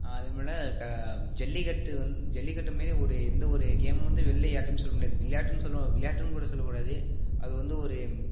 அதமோல ஜல்லிக்கட்டு வந் ஜல்லிக்கட்டு மாரி ஒரு எந்த ஒரு கேமும் வந்து வெளியில் யார்கிட்டையுமே சொல்ல முடியாது விளையாட்டுன்னு சொல்லவோ விளையாடுன்னு கூட சொல்லக்கூடாது அது வந்து ஒரு